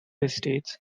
estates